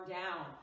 down